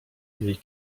jej